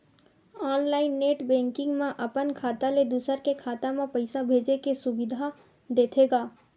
online net banking म अपन खाता ले दूसर के खाता म पइसा भेजे के सुबिधा देथे गा